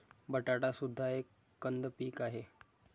बटाटा सुद्धा एक कंद पीक आहे